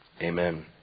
Amen